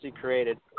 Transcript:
created